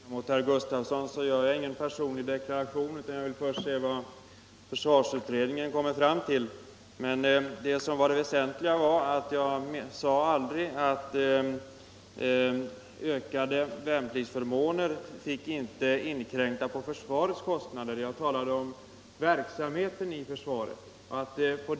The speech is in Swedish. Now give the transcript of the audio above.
Herr talman! I motsats till herr Gustavsson i Nässjö gör jag ingen personlig deklaration. Jag vill först se vad försvarsutredningen kommer fram till. Jag sade aldrig att ökade värnpliktsförmåner inte fick inkräkta på försvarets kostnader. Jag talade om verksamheten inom försvaret.